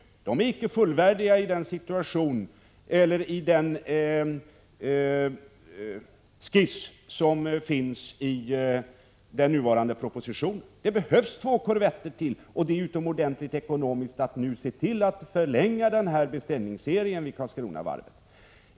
I den skiss som finns i den aktuella propositionen är ubåtsjaktsstyrkorna inte fullvärdiga. Det behövs två korvetter till, och det är ytterst lämpligt ur ekonomisk synpunkt att se till att man förlänger beställningsserien vid Karlskronavarvet.